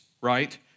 right